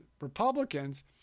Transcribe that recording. Republicans